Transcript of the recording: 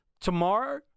Tomorrow